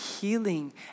healing